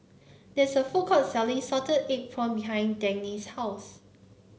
there's a food court selling Salted Egg Prawns behind Dagny's house